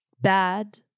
bad